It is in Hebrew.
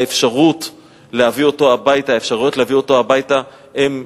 האפשרויות להביא אותו הביתה הן,